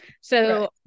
So-